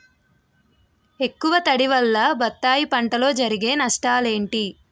ఎక్కువ తడి వల్ల బత్తాయి పంటలో జరిగే నష్టాలేంటి?